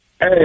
Hey